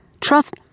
Trust